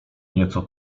nieco